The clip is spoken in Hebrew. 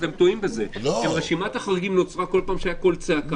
אתם טועים בזה כי רשימת החריגים נוצרה כל פעם כשהיה קול צעקה.